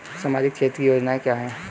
सामाजिक क्षेत्र की योजनाएं क्या हैं?